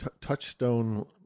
touchstone